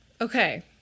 okay